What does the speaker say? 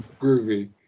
Groovy